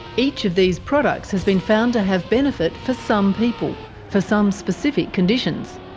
each of these products has been found to have benefit for some people, for some specific conditions,